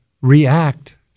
react